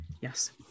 yes